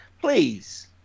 please